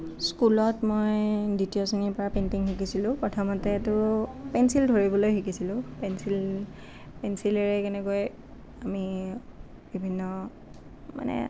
স্কুলত মই দ্বিতীয় শ্ৰেণীৰ পৰা পেইণ্টিং শিকিছিলোঁ প্ৰথমতেটো পেঞ্চিল ধৰিবলৈ শিকিছিলোঁ পেঞ্চিল পেঞ্চিলেৰে কেনেকৈ আমি বিভিন্ন মানে